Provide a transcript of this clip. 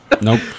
Nope